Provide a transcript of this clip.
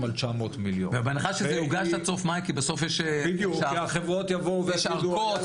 על 900 מיליון --- ובהנחה שזה יוגש עד סוף מאי.